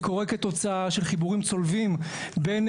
זה קורה כתוצאה של חיבורים צולבים בין